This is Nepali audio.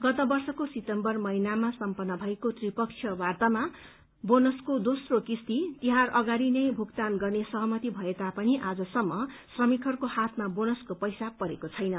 गत वर्षको सितम्बर महिनामा सम्पन्न भएको त्रिपक्षीय वार्तामा बोनसको दोम्रो किस्ती तिहार अगाड़ी नै भुगतान गर्ने सहमती भए तापनि आजसम्म श्रमिकहरूको हातमा बोनसको पैसा परेको छैन